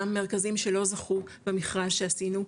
גם מרכזים שלא זכו במכרז שעשינו,